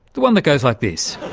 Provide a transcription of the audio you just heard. the one that goes like this